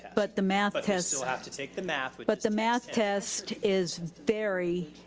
but the math test still have to take the math. but but the math test is very